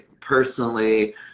personally